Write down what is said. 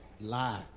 lie